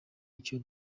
icyo